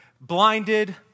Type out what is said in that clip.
blinded